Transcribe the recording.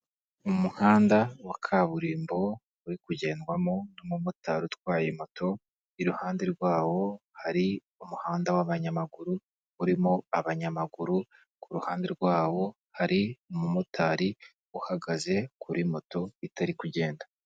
Umuhanda wa kaburimbo, uri kugendwamo n'umumotari utwaye moto, iruhande rwawo hari umuhanda w'abanyamaguru urimo abanyamaguru, ku ruhande rwabo hari umumotari uhagaze kuri moto itari kugenda.